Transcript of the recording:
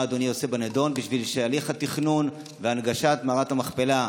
מה אדוני עושה בנדון בשביל הליך התכנון והנגשת מערת המכפלה?